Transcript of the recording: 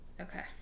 Okay